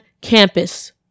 campus